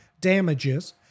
damages